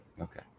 Okay